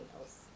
else